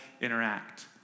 interact